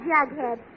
Jughead